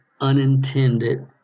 unintended